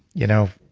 you know,